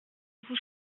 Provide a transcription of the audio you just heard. vous